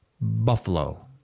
Buffalo